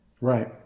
right